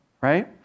right